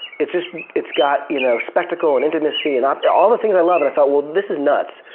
it's just, it's got you know spectacle and intimacy, and um all the things i love, and i thought well, this is nuts.